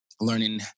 learning